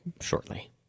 shortly